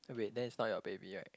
wait that is not your baby right